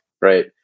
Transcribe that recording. right